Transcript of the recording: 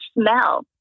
smell